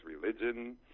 religion